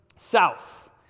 south